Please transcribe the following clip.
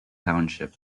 township